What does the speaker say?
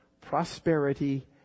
prosperity